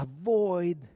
Avoid